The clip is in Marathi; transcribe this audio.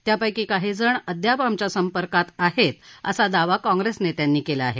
त्यापैकी काही जण अद्याप आमच्या संपर्कात आहेत असा दावा काँग्रेस नेत्यांनी केला आहे